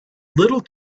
little